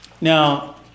Now